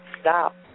stop